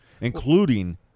Including